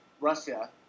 Russia